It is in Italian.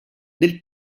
del